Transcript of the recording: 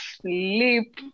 sleep